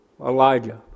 Elijah